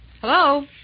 Hello